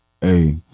hey